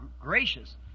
gracious